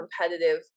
competitive